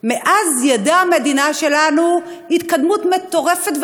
נעבור אותה, המשק יתאושש, נוכל לתקן את המצב.